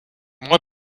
moins